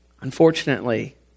Unfortunately